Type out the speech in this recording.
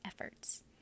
efforts